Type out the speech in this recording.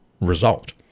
result